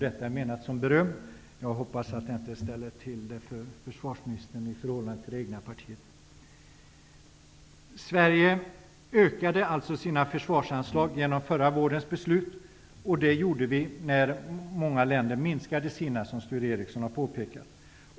Detta är menat som beröm. Jag hoppas att det inte ställer till problem för försvarsministern i förhållande till det egna partiet. Sverige ökade alltså sina försvarsanslag genom förra vårens beslut; det gjorde vi när många länder minskade sina, som Sture Ericson har påpekat.